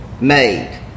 made